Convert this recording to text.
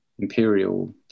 imperial